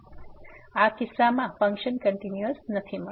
તેથી આ કિસ્સામાં ફંક્શન કંટીન્યુઅસ નથી